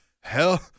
Hell